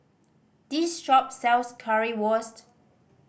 this shop sells Currywurst